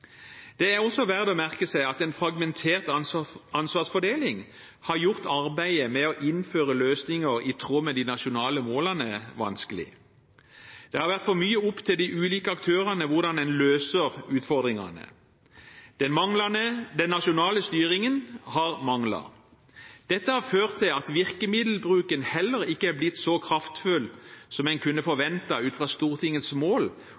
Det er også verdt å merke seg at en fragmentert ansvarsfordeling har gjort arbeidet med å innføre løsninger i tråd med de nasjonale målene vanskelig. Det har vært for mye opp til de ulike aktørene hvordan en løser utfordringene. Den nasjonale styringen har manglet. Dette har ført til at virkemiddelbruken heller ikke er blitt så kraftfull som en kunne forventet ut fra Stortingets mål